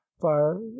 fire